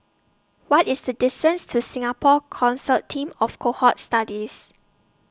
What IS The distance to Singapore Consortium of Cohort Studies